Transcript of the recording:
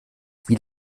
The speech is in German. wie